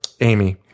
Amy